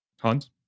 Hans